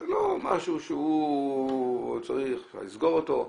זה לא משהו שצריך לסגור אותו,